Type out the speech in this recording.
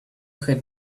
had